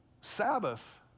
Sabbath